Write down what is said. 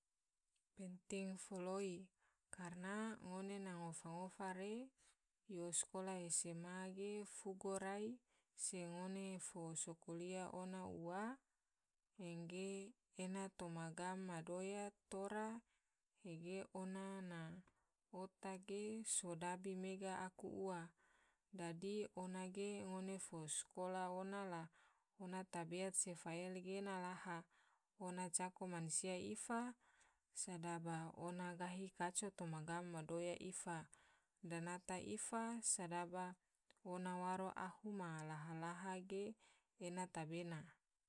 Penting foloi karana ngone ngofa ngofa re yo skolah sma ge fugo rai se ngone fo so kuliah ona ua angge ena toma gam madoya tora age ona na otak ge sodabi mega aku ua, dadi ona ge ngone fo so sakola ona la ona na tabeat se fael ge ena laha, ona cako mansia ifa, sedaba ona gahi kaco toma gam madoya ifa, danata ifa, sedaba ona waro ahu ma laha laha ge ena tabe.